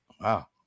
wow